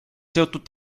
seotud